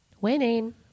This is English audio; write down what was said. Winning